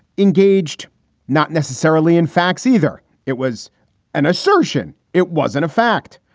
engaged not necessarily in facts either. it was an assertion. it wasn't a fact.